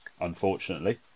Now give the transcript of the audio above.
unfortunately